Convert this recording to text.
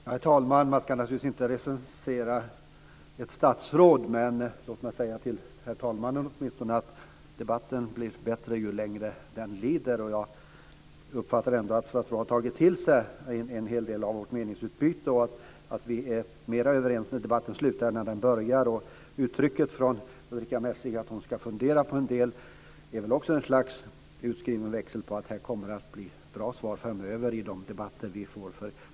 Herr talman! Man ska naturligtvis inte recensera ett statsråd, men låt mig säga till herr talmannen åtminstone att debatten blir bättre ju längre den lider. Jag uppfattar ändå att statsrådet har tagit till sig en hel del av vårt meningsutbyte, och att vi är mer överens när debatten slutar än vi var när den började. Ulrica Messings uttalande att hon ska fundera på en del saker är väl också ett slags utskriven växel på att det kommer att bli bra svar framöver i den debatt vi kommer att föra.